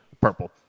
Purple